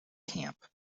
camp